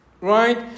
right